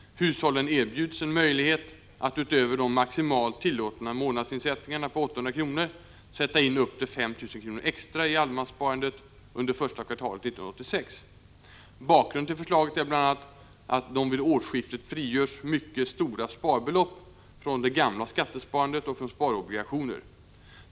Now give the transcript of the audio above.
Hushållen erbjuds en möjlighet att, utöver de maximalt tillåtna månadsinsättningarna på 800 kr., sätta in upp till 5 000 kr. extra i allemanssparandet under första kvartalet 1986. Bakgrunden till förslaget är bl.a. att det vid årsskiftet frigörs mycket stora sparbelopp från det gamla skattesparandet och från sparobligationer.